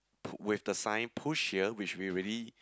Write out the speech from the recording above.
put with the sign push here which will really